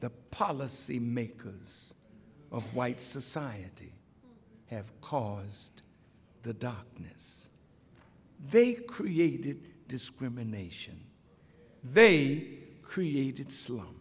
the policy makers of white society have caused the darkness they created discrimination they created s